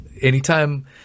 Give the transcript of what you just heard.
anytime